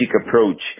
approach